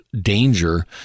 danger